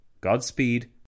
Godspeed